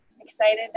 excited